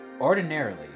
Ordinarily